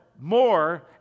more